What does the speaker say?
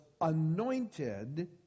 anointed